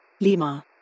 Lima